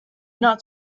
not